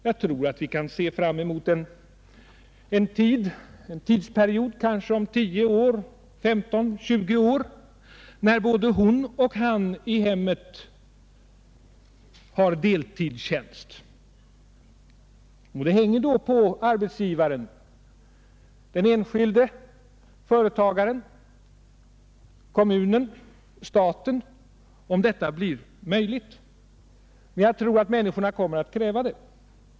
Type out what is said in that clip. Jag tror att vi kan se fram mot en tidsperiod, kanske om 10—15—20 år, när både hon och han i hemmet har deltidstjänst. Det hänger på arbetsgivaren — den enskilde företagaren, kommunen, staten — om detta blir möjligt. Men jag tror att människorna kommer att kräva det.